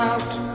out